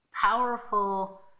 powerful